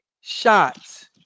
shots